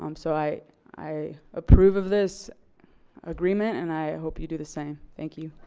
um so i i approve of this agreement and i hope you do the same. thank you.